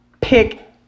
pick